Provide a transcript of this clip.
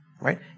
Right